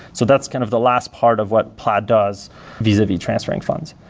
so that's kind of the last part of what plaid does vis-a-vis transferring funds.